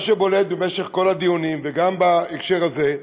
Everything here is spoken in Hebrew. מה שבולט במשך כל הדיונים, וגם בהקשר הזה,